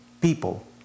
people